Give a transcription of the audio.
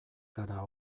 gara